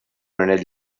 anell